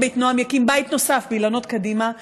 אלין בית נועם יקים בית נוסף באילנות קדימה.